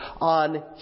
on